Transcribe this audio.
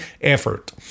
effort